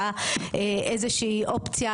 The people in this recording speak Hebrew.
ואני רוצה לישון המחוקק עשה איזשהו סדר ואמר: